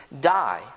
die